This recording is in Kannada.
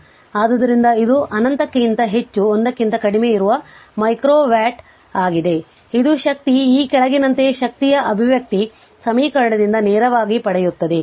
ಆದ್ದರಿಂದ ಇದು ಅನಂತಕ್ಕಿಂತ ಹೆಚ್ಚು 1 ಕ್ಕಿಂತ ಕಡಿಮೆ ಇರುವ ಮೈಕ್ರೊ ವ್ಯಾಟ್ ಆಗಿದೆ ಇದು ಶಕ್ತಿ ಈ ಕೆಳಗಿನಂತೆ ಶಕ್ತಿಯ ಅಭಿವ್ಯಕ್ತಿ ಸಮೀಕರಣದಿಂದ ನೇರವಾಗಿ ಪಡೆಯುತ್ತದೆ